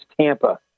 Tampa